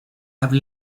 have